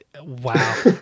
Wow